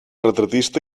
retratista